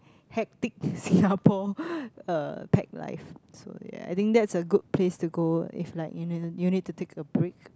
hectic Singapore uh tech life so ya I think that's a good place to go if like you need you need to a take a break